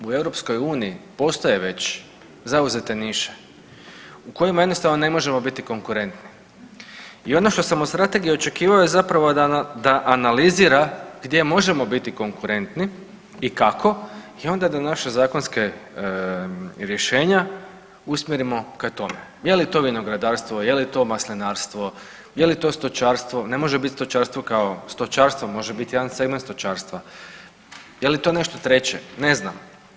U EU postoje već zauzete niše u kojima jednostavno ne možemo biti konkurentni i ono što sam od strategije očekivao je zapravo da analizira gdje možemo biti konkurentni i kako i onda da naše zakonska rješenja usmjerimo ka tome, je li to vinogradarstvo, je li to maslinarstvo, je li to stočarstvo, ne može bit stočarstvo kao stočarstvo, može bit jedan segment stočarstva, je li to nešto treće, ne znam.